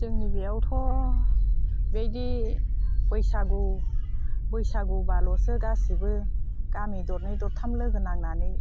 जोंनि बेयावथ' बेदि बैसागु बैसागुब्लाल'सो गासिबो गामि दरनै दरथाम लोगो नांनानै